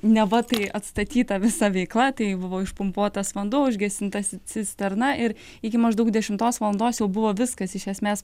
neva tai atstatyta visa veikla tai buvo išpumpuotas vanduo užgesinta cisterna ir iki maždaug dešimtos valandos jau buvo viskas iš esmės